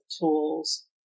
tools